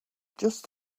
just